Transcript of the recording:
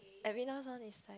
Avina's one is